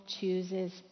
chooses